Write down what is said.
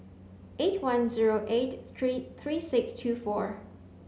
eight one zero eight three six two four